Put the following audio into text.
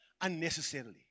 unnecessarily